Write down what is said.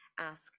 ask